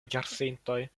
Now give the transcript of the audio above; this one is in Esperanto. jarcentoj